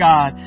God